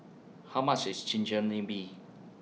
How much IS Chigenabe